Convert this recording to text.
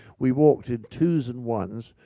we worked in twos and ones,